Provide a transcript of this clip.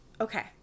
Okay